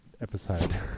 episode